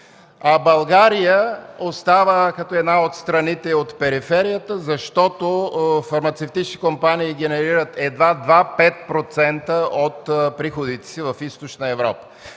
а България остава като една от страните от периферията, защото фармацевтичните компании генерират едва 2-5% от приходите си в Източна Европа.